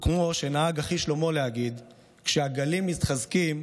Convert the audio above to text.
כמו שנהג אחי שלמה להגיד: כשהגלים מתחזקים,